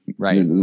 Right